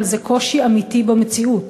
אבל זה קושי אמיתי במציאות.